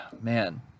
man